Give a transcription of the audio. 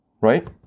right